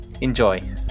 Enjoy